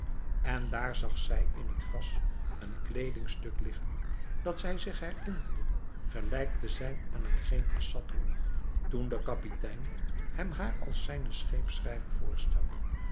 en daar zag zij in het gras een kleedingstuk liggen dat zij zich herinnerde gelijk te zijn aan hetgeen assad droeg toen de kapitein hem haar als zijnen scheepsschrijver voorstelde